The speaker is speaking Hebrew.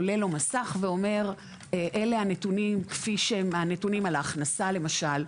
עולה לו מסך ואומר - אלה הנתונים על ההכנסה למשל,